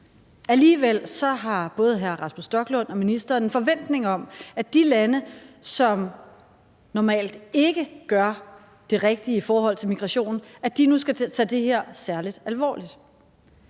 Alligevel har både hr. Rasmus Stoklund og ministeren en forventning om, at de lande, som normalt ikke gør det rigtige i forhold til migrationen, nu skal til at tage det her særlig alvorligt.